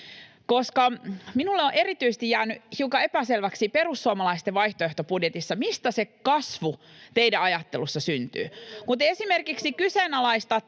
koska minulle on erityisesti jäänyt hiukan epäselväksi perussuomalaisten vaihtoehtobudjetissa se, mistä se kasvu teidän ajattelussanne syntyy. Te esimerkiksi kyseenalaistatte